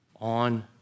On